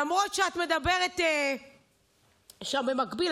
למרות שאת מדברת שם במקביל,